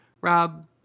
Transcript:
Rob